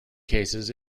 cases